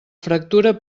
fractura